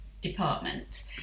department